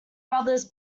brothers